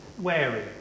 wary